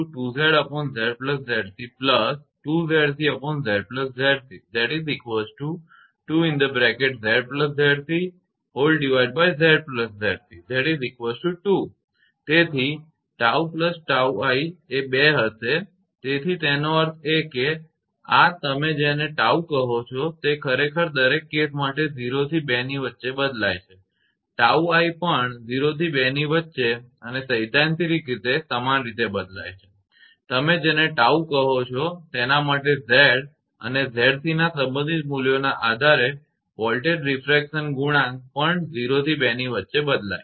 તેથી 𝜏 𝜏𝑖 એ 2 હશે તેથી તેનો અર્થ એ કે આ તમે જેને 𝜏 કહો છો તે ખરેખર દરેક કેસ માટે 0 અને 2 ની વચ્ચે બદલાય છે 𝜏𝑖 પણ 0 અને 2 ની વચ્ચે અને સૈદ્ધાંતિક રીતે સમાન રીતે બદલાય છે તમે જેને 𝜏 કહો છો તેના માટે Z અને 𝑍𝑐 ના સંબંધિત મૂલ્યોના આધારે વોલ્ટેજ રીફ્રેક્શન ગુણાંક પણ 0 થી 2 વચ્ચે બદલાય છે